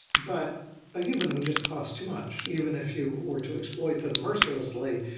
but a human would just cost too much even if you were to exploit them mercilessly,